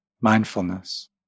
mindfulness